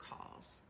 calls